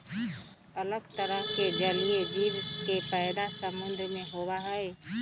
अलग तरह के जलीय जीव के पैदा समुद्र में होबा हई